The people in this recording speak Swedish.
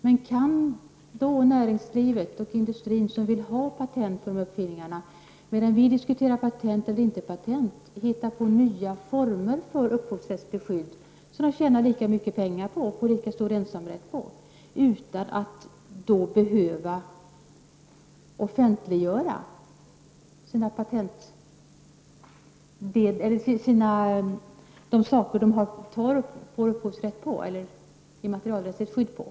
Men kan då näringslivet och industrin, som vill ha patent på uppfinningarna, medan vi diskuterar patent eller inte patent, hitta på nya former för upphovsrättsligt skydd, som de får lika stor ensamrätt på och tjänar lika mycket pengar på, utan att behöva offentliggöra de resultat som de får immaterialrättsligt skydd för?